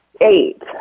Eight